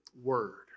word